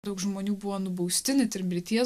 daug žmonių buvo nubausti net ir mirties